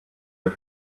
get